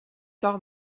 tard